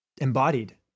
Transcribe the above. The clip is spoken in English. embodied